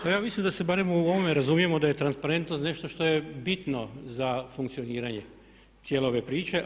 Pa ja mislim da se barem u ovome razumijemo da je transparentnost nešto što je bitno za funkcioniranje cijele ove priče.